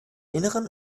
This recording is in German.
inneren